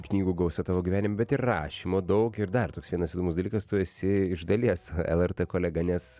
knygų gausa tavo gyvenime bet ir rašymo daug ir dar toks vienas įdomus dalykas tu esi iš dalies lrt kolega nes